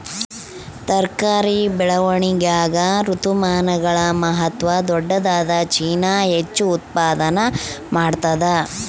ತರಕಾರಿಯ ಬೆಳವಣಿಗಾಗ ಋತುಮಾನಗಳ ಮಹತ್ವ ದೊಡ್ಡದಾದ ಚೀನಾ ಹೆಚ್ಚು ಉತ್ಪಾದನಾ ಮಾಡ್ತದ